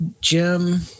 Jim